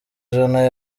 joannah